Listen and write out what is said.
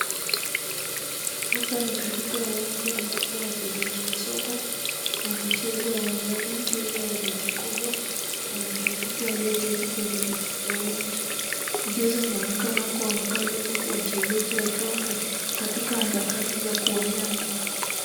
Hapa ni katika uwanja amabapo wachezaji wa soka wanacheza uwanjani mbele ya umati kubwa wa mashabiki walioketi kwenye viti vya uwanja. Mchezo unaonekana kuwa mkali huku wachezaji wakiwa katika harakakati za kuwania mpira.